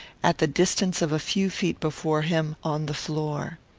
at the distance of a few feet before him, on the floor.